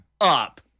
up